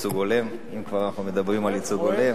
ייצוג הולם, אם כבר אנחנו מדברים על ייצוג הולם.